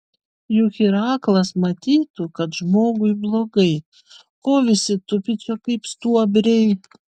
juk ir aklas matytų kad žmogui blogai ko visi tupi čia kaip stuobriai